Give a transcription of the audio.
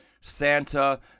Santa